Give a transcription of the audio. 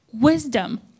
wisdom